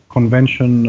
Convention